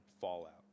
fallout